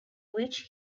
which